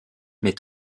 met